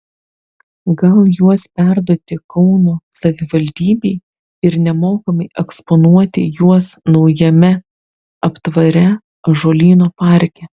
gal juos perduoti kauno savivaldybei ir nemokamai eksponuoti juos naujame aptvare ąžuolyno parke